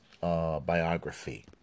biography